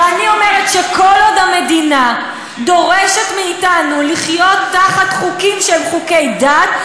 ואני אומרת שכל עוד המדינה דורשת מאתנו לחיות תחת חוקים שהם חוקי דת,